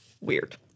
weird